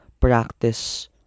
practice